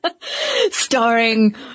Starring